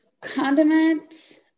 Condiment